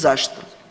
Zašto?